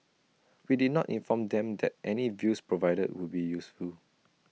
we did not inform them that any views provided would be useful